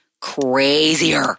crazier